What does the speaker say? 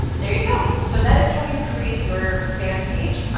there you go! so that is how you create your fan page,